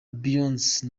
beyonce